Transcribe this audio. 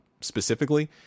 specifically